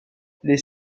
les